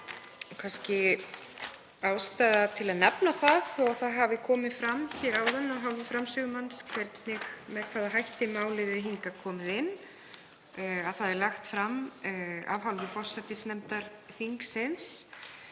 kannski ástæða til að nefna, þó að það hafi komið fram hér áðan af hálfu framsögumanns með hvaða hætti málið er hingað komið inn, að það er lagt fram af hálfu forsætisnefndar þingsins.